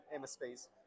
MSPs